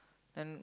then